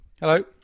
Hello